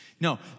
No